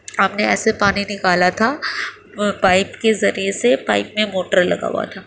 ہم نے ایسے پانی نکالا تھا پائپ کے ذریعے سے پائپ میں موٹر لگا ہوا تھا